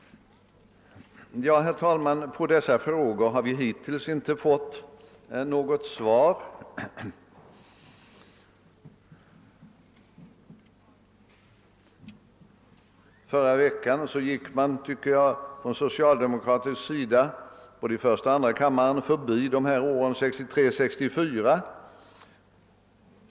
På dessa frågor, herr talman, har vi hittills inte fått något svar. Förra veckan gick man från socialdemokratisk sida i både första och andra kammaren i huvudsak förbi åren 1963 och 1964.